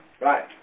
right